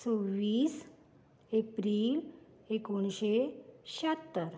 सव्वीस एप्रील एकोणशें श्यात्तर